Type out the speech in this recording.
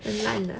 很烂的